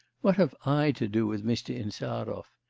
what have i to do with mr. insarov?